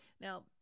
Now